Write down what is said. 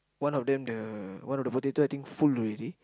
one of them the one of the potato I think full already